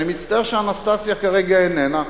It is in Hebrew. אני מצטער שאנסטסיה כרגע איננה,